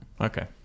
okay